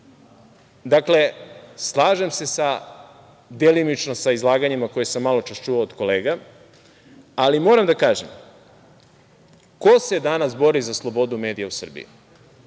slažem se delimično sa izlaganjima koje sam maločas čuo od kolega, ali moram da kažem ko se danas bori za slobodu medija u Srbiji,